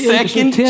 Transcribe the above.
Second